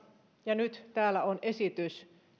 ja nyt täällä on esitys